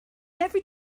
every